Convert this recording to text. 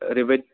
ओरैबायदि